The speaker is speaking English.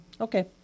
Okay